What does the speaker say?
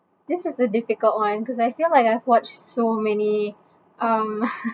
this is a difficult one because I feel like I've watched so many um